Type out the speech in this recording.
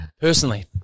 personally